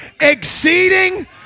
exceeding